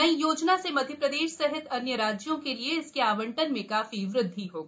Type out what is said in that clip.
नई योजना से मध्य प्रदेश सहित अन्य राज्यों के लिए इसके आवंटन में काफी वद्धि होगी